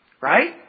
right